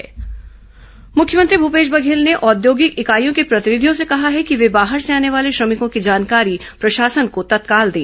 मुख्यमंत्री उद्योग मुख्यमंत्री भूपेश बघेल ने औद्योगिक इकाइयों के प्रतिनिधियों से कहा है कि वे बाहर से आने वाले श्रमिकों की जानकारी प्रशासन को तत्काल दें